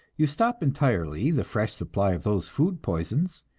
you stop entirely the fresh supply of those food poisons,